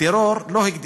טרור לא הגדירו.